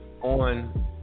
on